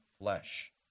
flesh